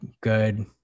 good